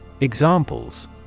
Examples